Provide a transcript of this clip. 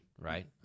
right